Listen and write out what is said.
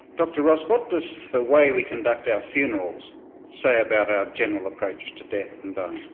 dr ross what does the way we conduct our funerals say about our general approach to death and